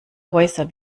häuser